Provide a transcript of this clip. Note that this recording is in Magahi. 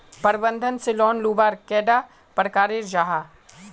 प्रबंधन से लोन लुबार कैडा प्रकारेर जाहा?